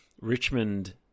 Richmond